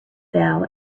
fell